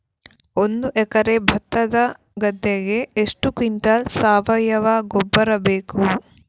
ಒಂದು ಎಕರೆ ಭತ್ತದ ಗದ್ದೆಗೆ ಎಷ್ಟು ಕ್ವಿಂಟಲ್ ಸಾವಯವ ಗೊಬ್ಬರ ಬೇಕು?